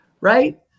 right